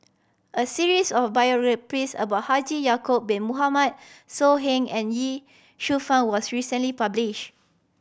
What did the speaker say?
a series of biographies about Haji Ya'acob Bin Mohamed So Heng and Ye Shufang was recently published